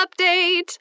update